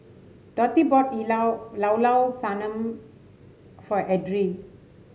Dotty bought Llao Llao Sanum for Edrie